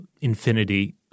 infinity